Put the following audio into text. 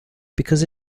because